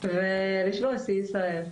ולשבור את שיא ישראל.